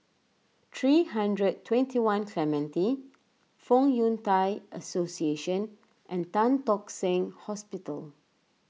three hundred twenty one Clementi Fong Yun Thai Association and Tan Tock Seng Hospital